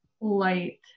light